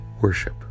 worship